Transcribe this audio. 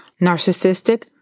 Narcissistic